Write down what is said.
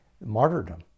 martyrdom